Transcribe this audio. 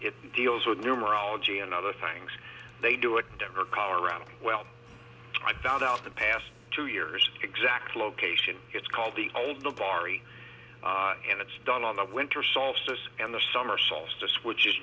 it deals with numerology and other things they do it in denver colorado well i found out the past two years exact location it's called the old o'barry and it's done on the winter solstice and the summer solstice which is